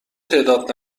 تعداد